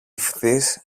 ευθύς